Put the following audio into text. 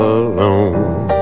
alone